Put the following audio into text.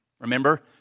Remember